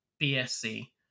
BSC